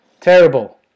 Terrible